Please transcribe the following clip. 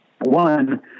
one